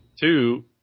Two